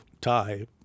tie